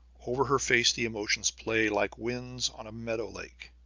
over her face the emotions play like winds on a meadow lake.